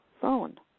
phone